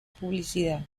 publicidad